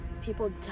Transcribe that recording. People